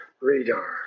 radar